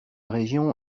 région